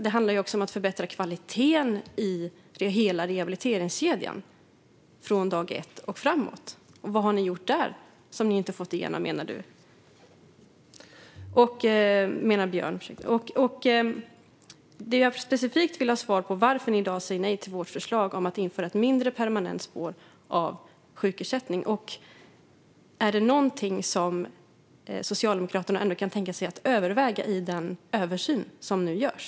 Det handlar också om att förbättra kvaliteten i hela rehabiliteringskedjan från dag ett och framåt. Vad har ni gjort där som ni inte har fått igenom, menar Björn? Det jag specifikt vill ha svar på är: Varför säger ni i dag nej till vårt förslag om att införa ett mindre permanent spår för sjukersättning? Är det någonting som Socialdemokraterna ändå kan tänka sig att överväga i den översyn som nu görs?